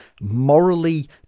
morally